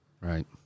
right